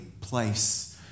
place